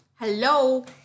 Hello